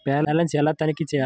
Balance ఎలా తనిఖీ చేయాలి?